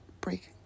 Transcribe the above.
break